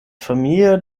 familie